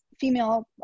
female